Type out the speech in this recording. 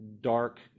dark